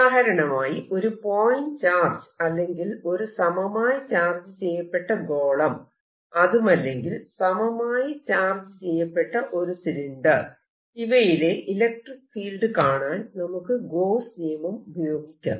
ഉദാഹരണമായി ഒരു point charge അല്ലെങ്കിൽ ഒരു സമമായി ചാർജ് ചെയ്യപ്പെട്ട ഗോളം അതുമല്ലെങ്കിൽ സമമായി ചാർജ് ചെയ്യപ്പെട്ട ഒരു സിലിണ്ടർ ഇവയിലെ ഇലക്ട്രിക്ക് ഫീൽഡ് കാണാൻ നമുക്ക് ഗോസ്സ് നിയമം ഉപയോഗിക്കാം